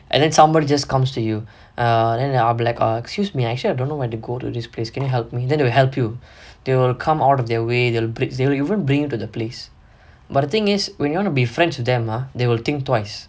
and then somebody just comes to you err then I'll be like err excuse me actually I don't know where to go to this place can you help me then they will help you they will come out of their way they will they'll even bring you to the place but the thing is when you want to be friends with them ah they will think twice